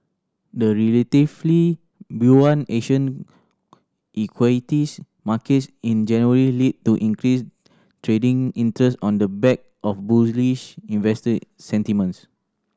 the relatively buoyant Asian equities markets in January led to increased trading interest on the back of bullish investor sentiments